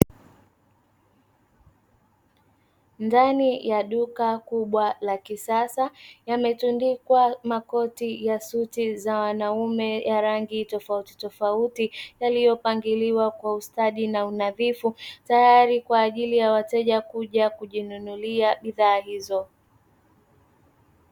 Ndani ya duka kubwa la kisasa, yametundikwa makoti ya suti za wanaume ya rangi tofauti tofauti, yaliyopangiliwa kwa ustadi na unadhifu tayari kwa ajili ya wateja kuja kujinunulia bidhaa hizo.